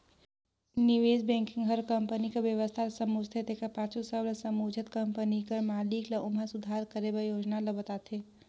निवेस बेंकिग हर कंपनी कर बेवस्था ल समुझथे तेकर पाछू सब ल समुझत कंपनी कर मालिक ल ओम्हां सुधार करे कर योजना ल बताथे